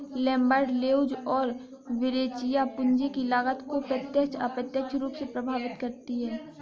Lambert, Leuz और Verrecchia, पूंजी की लागत को प्रत्यक्ष, अप्रत्यक्ष रूप से प्रभावित करती है